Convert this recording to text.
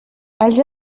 els